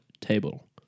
Table